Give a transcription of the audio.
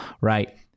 right